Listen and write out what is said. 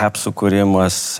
apsų kūrimas